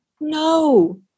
no